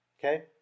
Okay